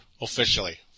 officially